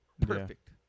perfect